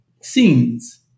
scenes